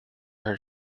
her